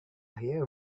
here